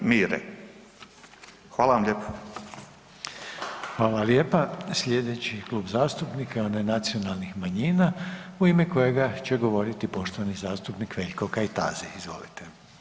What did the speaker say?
Hvala lijepa. slijedeći Klub zastupnika je onaj nacionalnih manjina u ime kojega će govoriti poštovani zastupnik Veljko Kajtazi, izvolite.